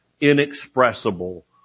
inexpressible